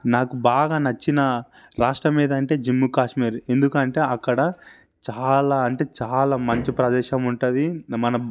నాకు బాగా నచ్చిన రాష్ట్రం ఏదంటే జమ్మూ కాశ్మీర్ ఎందుకంటే అక్కడ చాలా అంటే చాలా మంచి ప్రదేశం ఉంటుంది మనం